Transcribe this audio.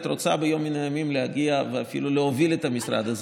את רוצה ביום מן הימים להגיע ואפילו להוביל את המשרד הזה.